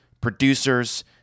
producers